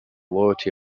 loyalty